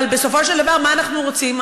אבל בסופו של דבר, מה אנחנו רוצים?